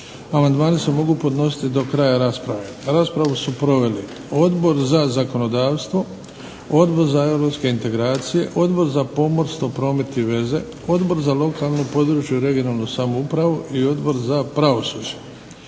Amandmani se mogu podnositi do kraja rasprave. Raspravu su proveli Odbor za zakonodavstvo, Odbor za europske integracije, Odbor za pomorstvo, promet i veze, Odbor za lokalnu, područnu i regionalnu samoupravu i Odbor za pravosuđe.